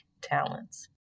talents